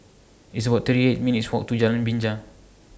It's about thirty eight minutes' Walk to Jalan Binja